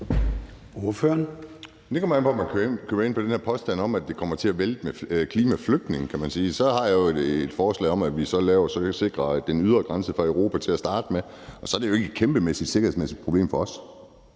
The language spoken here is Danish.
kommer an på, om man køber ind på den her påstand om, at det kommer til at vælte ind med klimaflygtninge, kan man sige. Så har jeg jo et forslag om, at vi laver noget, så vi sikrer den ydre grænse for Europa til at starte med. Og så er det jo ikke et kæmpemæssigt sikkerhedsmæssigt problem for os.